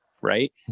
right